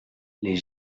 les